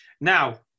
Now